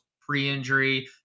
pre-injury